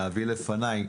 להביא לפניי.